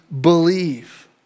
believe